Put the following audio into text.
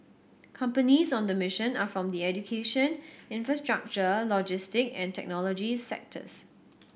companies on the mission are from the education infrastructure logistic and technology sectors